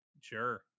Sure